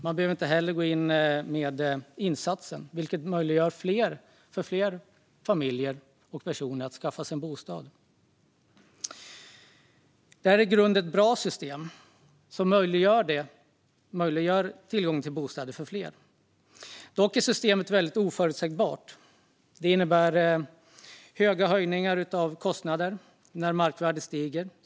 Man behöver inte heller gå in med insatsen, vilket möjliggör för fler familjer och personer att skaffa sig en bostad. Det är i grunden ett bra system, som möjliggör för fler att få tillgång till bostäder. Dock är systemet väldigt oförutsägbart. Det innebär kraftigt förhöjda kostnader när markvärdet stiger.